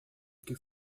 que